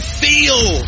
feel